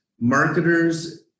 marketers